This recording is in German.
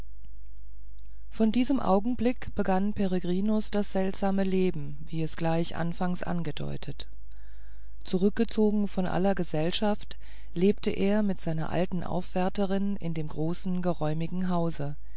von diesem augenblick begann peregrinus das seltsame leben wie es gleich anfangs angedeutet zurückgezogen von aller gesellschaft lebte er mit seiner alten aufwärterin in dem großen geräumigen hause